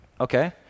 Okay